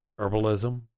herbalism